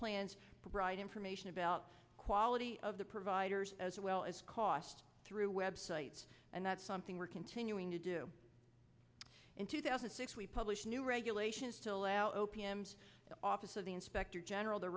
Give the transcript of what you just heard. plans bright information about quality of the providers as well as cost through web sites and that's something we're continuing to do in two thousand and six we publish new regulations still out o p m the office of the inspector general the